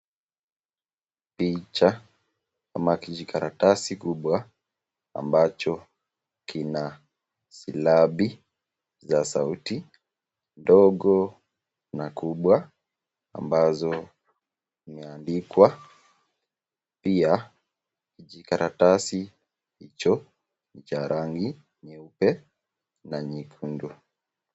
Picha ama kijikaratasi kubwa ambacho kina silabi za sauti ndogo na kubwa ambazo imeandikwa pia kijikaratasi hicho ni cha rangi nyeupe na nyekundu.